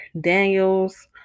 Daniels